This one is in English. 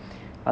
mm